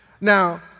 Now